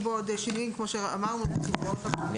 בו עוד שינויים כמו שאמרנו -- סליחה,